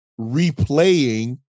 replaying